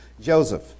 Joseph